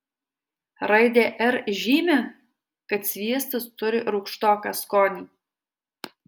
raidė r žymi kad sviestas turi rūgštoką skonį